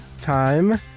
time